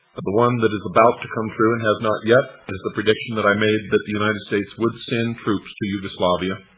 the one that is about to come true, and has not yet, is the prediction that i made that the united states would send troops to yugoslavia,